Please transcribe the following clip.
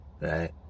Right